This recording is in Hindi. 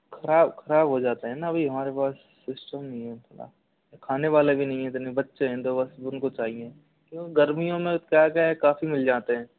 ख़राब ख़राब हो जाते है ना अभी हमारे पास सिस्टम नहीं है उसका खाने वाले भी नहीं है बच्चे हैं दो बस उनको चाहिए गर्मियों में ताज़ा है काफ़ी मिल जाते हैं